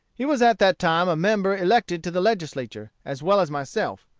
he was at that time a member elected to the legislature, as well as myself.